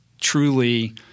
truly